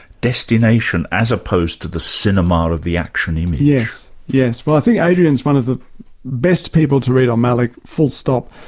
destination as opposed to the cinema of the action image yes, well i think adrian is one of the best people to read on malick full stop.